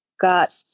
got